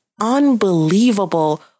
unbelievable